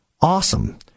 Awesome